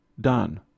done